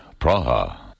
Praha